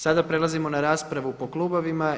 Sada prelazimo na raspravu po klubovima.